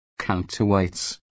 counterweights